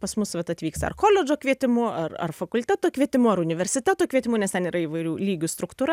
pas mus vat atvyksta ar koledžo kvietimu ar ar fakulteto kvietimu ar universiteto kvietimu nes ten yra įvairių lygių struktūra